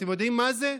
אתם יודעים מה זה?